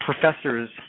professors